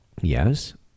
Yes